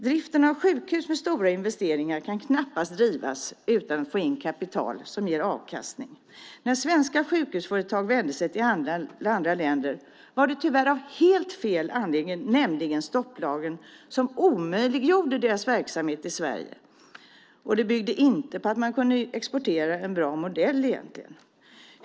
Driften av sjukhus med stora investeringar kan knappast ske utan att få in kapital som ger avkastning. När svenska sjukhusföretag vände sig till andra länder var det tyvärr av helt fel anledning, nämligen stopplagen som omöjliggjorde deras verksamhet i Sverige. Det byggde egentligen inte på att man kunde exportera en bra modell.